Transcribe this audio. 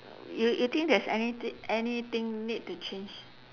you you think there's anything anything need to change